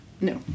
No